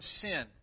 sin